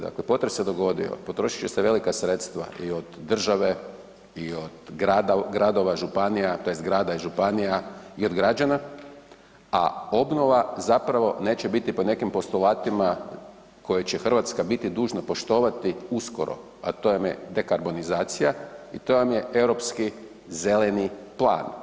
Dakle, potres se dogodio, potrošit će se velika sredstva i od države i od gradova i županija tj. grada i županija i od građana, a obnova zapravo neće biti po nekim postulatima koje će Hrvatska biti dužna poštovani uskoro, a to vam je dekarbonizacija i to vam je Europski zeleni plan.